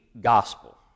gospel